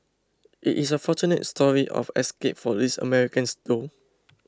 it is a fortunate story of escape for these Americans though